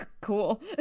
cool